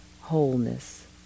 wholeness